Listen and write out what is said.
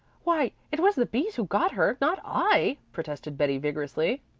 why, it was the b's who got her, not i, protested betty vigorously.